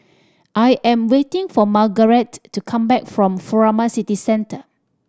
I am waiting for Margarete to come back from Furama City Centre